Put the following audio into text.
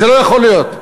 זה לא יכול להיות.